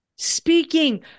Speaking